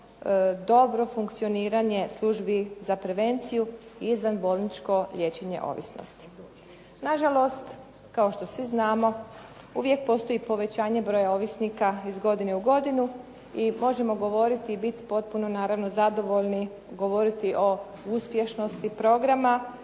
dobro funkcioniranje službi za prevenciju izvanbolničko liječenje ovisnosti. Na žalost, kao što svi znamo, uvijek postoji povećanje broja ovisnika iz godine u godinu i možemo govoriti i biti potpuno naravno zadovoljni govoriti o uspješnosti programa